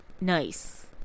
Nice